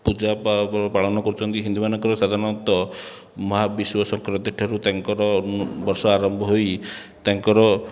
ପୂଜାପର୍ବ ପାଳନ କରୁଛନ୍ତି ହିନ୍ଦୁମାନଙ୍କର ସାଧାରଣତଃ ମହାବିଷୁବ ସଂକ୍ରାନ୍ତିଠାରୁ ତାଙ୍କର ବର୍ଷ ଆରମ୍ଭ ହୋଇ ତାଙ୍କର